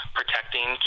protecting